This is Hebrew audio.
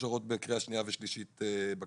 מאושרות בקריאה שנייה ושלישית בכנסת.